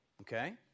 Okay